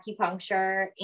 acupuncture